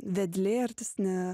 vedlė artistinė